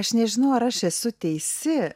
aš nežinau ar aš esu teisi